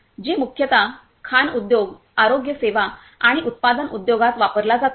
जे मुख्यत खाण उद्योग आरोग्य सेवा आणि उत्पादन उद्योगात वापरला जातो